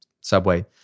Subway